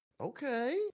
okay